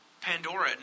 Pandora